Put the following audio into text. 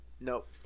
Nope